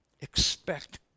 Expect